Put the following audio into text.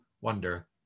Wonder